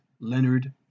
Leonard